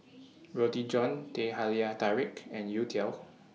Roti John Teh Halia Tarik and Youtiao